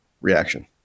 reaction